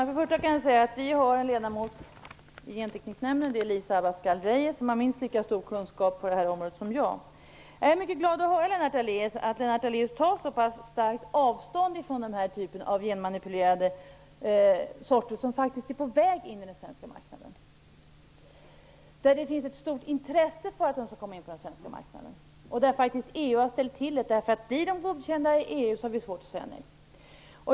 Fru talman! Vi har en ledamot i Gentekniknämnden, Elisa Abascal Reyes, som har minst lika stor kunskap på det här området som jag. Jag är mycket glad att höra att Lennart Daléus tar så pass starkt avstånd från den här typen av genmanipulerade sorter, som faktiskt är på väg in på den svenska marknaden. Det finns ett stort intresse för att de skall komma in på den svenska marknaden. Blir dessa produkter godkända i EU får vi svårt att säga nej.